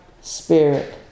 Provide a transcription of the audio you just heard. spirit